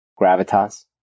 gravitas